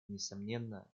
несомненно